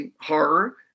horror